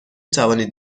توانید